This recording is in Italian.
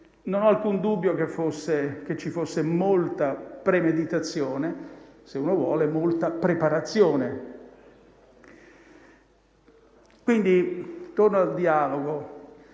non ho alcun dubbio che ci fosse molta premeditazione e molta preparazione. Torno al dialogo.